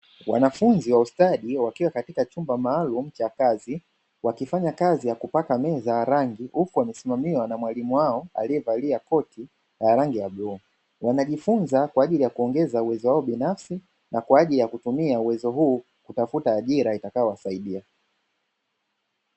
Wanafunzi wa ustadi wakiwa katika chumba maalumu cha kazi wakifanya kazi ya kupaka meza rangi huku wamesimamiwa na mwalimu wao aliyevalia koti la rangi ya bluu, wanajifunza kwa ajili ya kuongeza uwezo wao binafsi na kwa ajili ya kutumia uwezo huu kutafuta ajira itakayowasaidia.